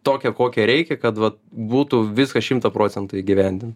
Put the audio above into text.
tokią kokią reikia kad vat būtų viskas šimtą procentų įgyvendin